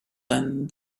and